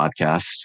podcast